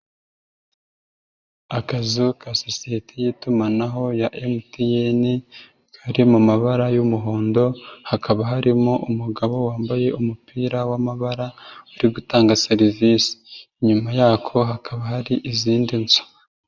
Akazu ka sociyete y'itumanaho ya MTN kari mu mabara y'umuhondo, hakaba harimo umugabo wambaye umupira w'amabara uri gutanga serivisi, inyuma yako hakaba hari izindi nzu.